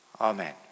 Amen